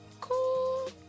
cool